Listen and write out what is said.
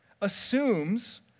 assumes